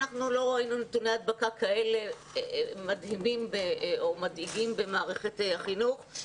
אנחנו לא ראינו נתוני הדבקה כאלה מדאיגים במערכת החינוך,